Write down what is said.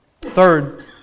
Third